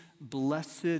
Blessed